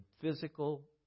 physical